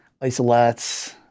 isolates